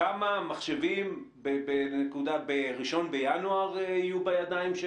כמה מחשבים בראשון בינואר יהיו בידיים?